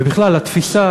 ובכלל התפיסה